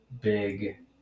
big